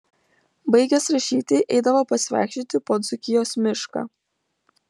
baigęs rašyti eidavo pasivaikščioti po dzūkijos mišką